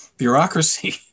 bureaucracy